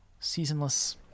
Seasonless